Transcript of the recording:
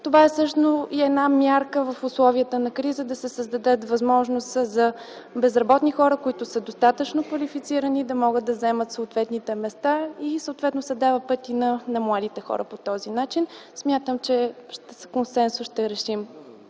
Това е също и една мярка в условията на криза да се създадат възможности за безработни хора, които са достатъчно квалифицирани, да могат да заемат съответните места и съответно се дава път и на младите хора по този начин. Смятам, че с консенсус ще подкрепим